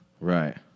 Right